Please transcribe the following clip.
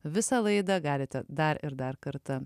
visą laidą galite dar ir dar kartą